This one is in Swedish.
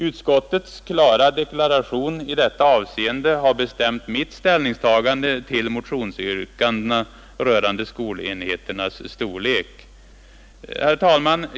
Utskottets klara deklaration i detta avseende har bestämt mitt ställningstagande till motionsyrkandena rörande skolenheternas storlek. Herr talman!